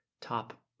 top